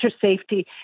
safety